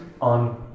on